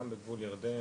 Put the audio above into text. גם בגבול ירדן,